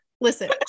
Listen